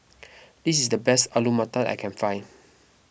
this is the best Alu Matar that I can find